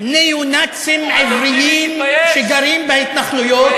ניאו-נאצים עבריים שגרים בהתנחלויות,